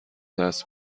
دست